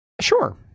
Sure